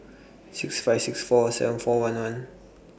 six five six four seven four one one